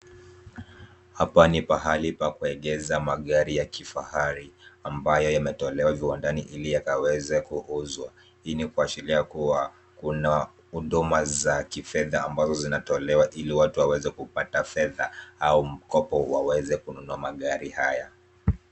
Hapa ni pahali pa kuegesha magari ya kifahari, ambayo yametolewa viwandani ili yakaweze kuuzwa. Hii ni kuashiria kuwa kuna huduma za kifedha ambazo zinatolewa, ili watu waweze kupata fedha au mkopo waweze kununua magari haya.